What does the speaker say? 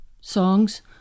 songs